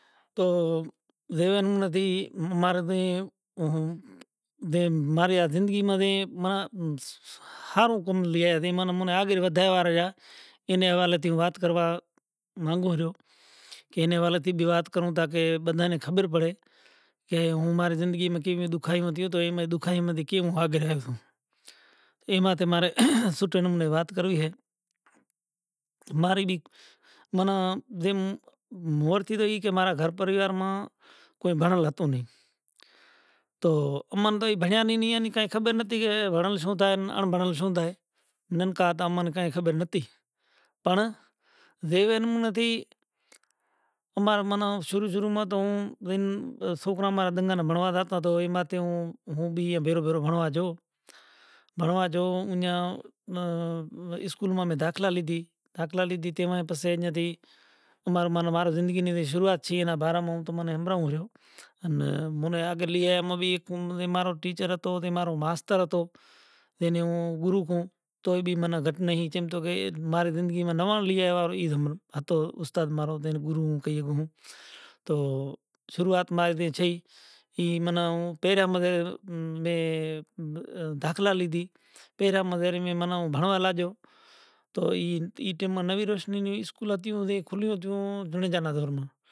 تو رہیون نو نتھی مار تھے دے ماری آ زندگی ما دے ما ، ھارو کوم لیا ھے دے منو منو آگڑ ودھاواریاں اینے ھوالے تھی وات کروا مانگوں چھوں کہ اینی ھوالے تھی بھی وات کروں تاکہ بدھا نے خبر پڑے کہ موں ماری جندگی موں کیوی دکھائیوں ھتیوں تے ایمے دُکھائی ماتھے کے ووں آگڑ آھیوں۔ اے ما تمارے سوٹھے نمرے وات کروی ھے۔ ماری بی منا جیم مور ای تھئی کہ مارا گھر پریوار ما کوئی بھنڑو لتو نہیں۔ تو اے من تو بھنڑا نی نہیں کائے خبر نتھی کہ بھنڑو شو تھائے ان بھنڑوو شوں تھائے۔ نن کاتا امے من کائیں خبر تنھی۔ پڑں ذہن موں نتھی مارا من شروع شروع ما توں سوکرا مارا دن ما بھنڑوا جاتا توں اے ما تھے ایوں موں بھی بھیرو بھیرو بھنڑوا جاؤں۔ بھنڑوا جاؤں اونجھا آ اسکول ما داخلی لیدھی۔ داخلی لیدھی تے اوئیں پسی ایّاں تھی او مار من مارا زندگی نی اک شروعات چھئا اینا بارا موں۔ موں تنے امبھراؤں چھوں۔ تو مونے آگڑ لئے ایوا بھی مارو ٹیچر تھو تے مارا ماسٹر ھتو۔ جے نے میں گُروں کوں توئے بھی منے گھٹ نہیں۔ مارا زندگی ما نوا لیروا ایں ھتوں استاد مارو تے گُرو کہئیے کہوں۔ شروعات مارے تے تھئی ای من ھوں پیرا وگر داخلہ لیدھی۔ پیرا مزاری مے من بھنڑوا لاجو۔ تو تو ای ٹئم من وی روشنیوں نی اسکول کھُلے ھتھیوں دھوڑے جا نظر موں۔